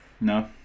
No